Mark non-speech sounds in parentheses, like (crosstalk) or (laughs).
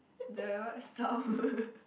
the word (laughs)